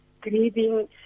grieving